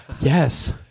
Yes